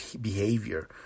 behavior